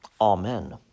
Amen